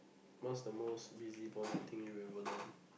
what's the most busybody thing you've ever done